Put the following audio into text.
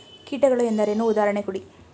ಕೀಟಗಳು ಎಂದರೇನು? ಉದಾಹರಣೆ ಕೊಡಿ?